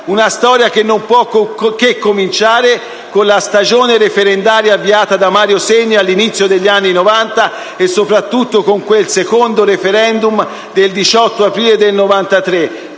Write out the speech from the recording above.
Una storia che non può che cominciare con la stagione referendaria avviata da Mario Segni all'inizio degli anni Novanta, e soprattutto con quel secondo *referendum* del 18 aprile 1993,